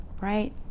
Right